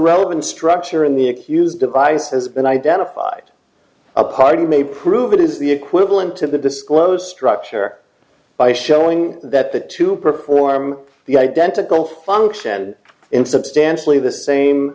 relevant structure in the accused device has been identified a party may prove it is the equivalent to the disclose structure by showing that that to perform the identical function in substantially the same